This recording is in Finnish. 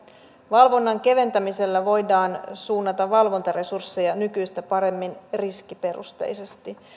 valvonnan keventämisellä voidaan suunnata valvontaresursseja nykyistä paremmin riskiperusteisesti